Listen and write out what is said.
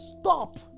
Stop